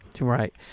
Right